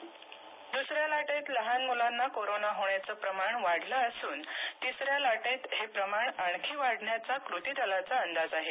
Covid रूग्णालय दुसऱ्या लाटेत लहान मुलांना कोरोना होण्याचे प्रमाण वाढलं असून तिसऱ्या लाटेत हे प्रमाण आणखी वाढण्याचा कृती दलाचा अंदाज आहे